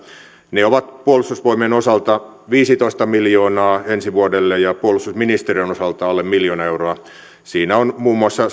ne ovat puolustusvoimien osalta viisitoista miljoonaa ensi vuodelle ja puolustusministeriön osalta alle miljoona euroa siinä on muun muassa